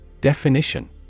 Definition